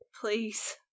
please